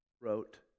wrote